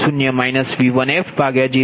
14 j4